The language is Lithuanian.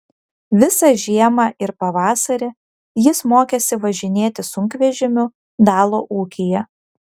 visą žiemą ir pavasarį jis mokėsi važinėti sunkvežimiu dalo ūkyje